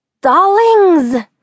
Darlings